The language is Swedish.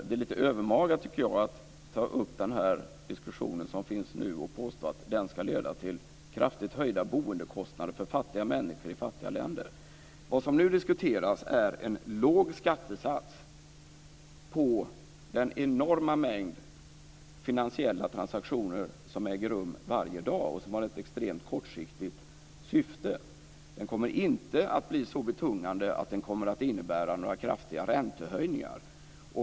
Det är lite övermaga, tycker jag, att ta upp den diskussion som finns och påstå att skatten ska leda till kraftigt höjda boendekostnader för fattiga människor i fattiga länder. Vad som nu diskuteras är en låg skattesats på den enorma mängd finansiella transaktioner som äger rum varje dag och som har ett extremt kortsiktigt syfte. Den kommer inte att bli så betungande att den kommer att innebära några kraftiga räntehöjningar.